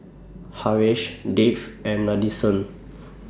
Haresh Dev and Nadesan